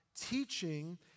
teaching